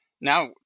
now